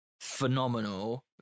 phenomenal